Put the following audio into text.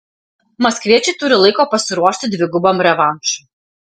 maskviečiai turi laiko pasiruošti dvigubam revanšui